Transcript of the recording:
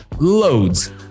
loads